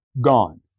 gone